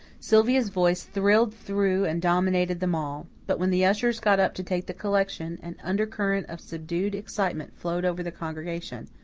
sylvia's voice thrilled through and dominated them all. but when the ushers got up to take the collection, an undercurrent of subdued excitement flowed over the congregation.